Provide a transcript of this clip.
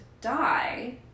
die